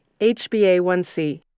HbA1c